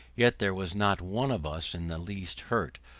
yet there was not one of us in the least hurt,